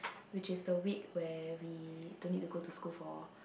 which is the week where we don't need to go to school for